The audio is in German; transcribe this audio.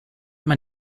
man